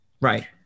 right